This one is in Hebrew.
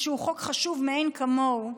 שהוא חוק חשוב מאין כמוהו,